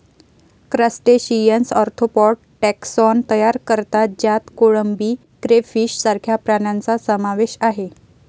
crustaceans arthropod taxon तयार करतात ज्यात कोळंबी, क्रेफिश सारख्या प्राण्यांचा समावेश आहे